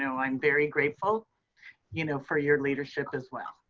so i'm very grateful you know for your leadership as well.